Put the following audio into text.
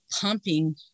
pumping